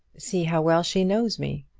see how well she knows me.